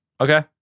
Okay